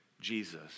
Jesus